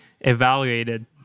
evaluated